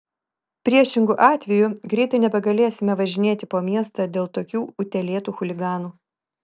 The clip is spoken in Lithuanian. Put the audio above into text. priešingu atveju greitai nebegalėsime važinėti po miestą dėl tokių utėlėtų chuliganų